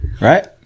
Right